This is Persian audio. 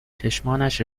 چشمانش